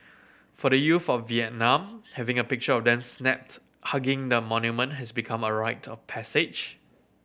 for the youth of Vietnam having a picture of them snapped hugging the monument has become a rite of passage